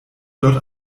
dort